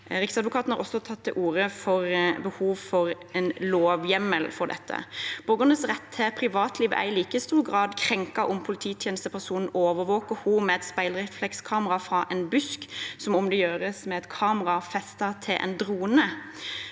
Riksadvokaten har også tatt til orde for behov for en lovhjemmel for dette. Borgernes rett til privatliv er i like stor grad krenket om polititjenestepersonen overvåker vedkommende med et speilreflekskamera fra en busk, som om det gjøres med et kamera festet til en drone.